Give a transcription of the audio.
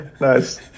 Nice